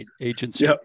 agency